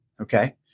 okay